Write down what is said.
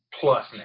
plus